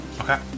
Okay